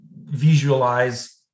visualize